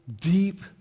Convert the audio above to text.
deep